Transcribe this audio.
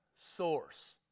source